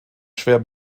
schwer